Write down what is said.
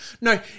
No